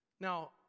Now